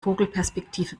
vogelperspektive